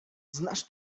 znasz